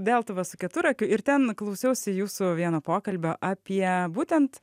deltuva su keturakiu ir ten klausiausi jūsų vieno pokalbio apie būtent